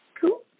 cool